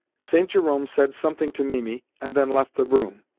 st. jerome said something to mimi, and then left the room,